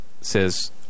says